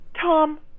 Tom